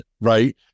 Right